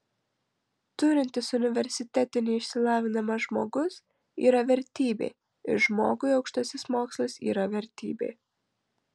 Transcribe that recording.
turintis universitetinį išsilavinimą žmogus yra vertybė ir žmogui aukštasis mokslas yra vertybė